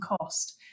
cost